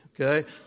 okay